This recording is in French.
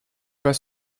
pas